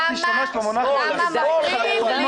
את השתמשת במונח --- למה מפריעים לי?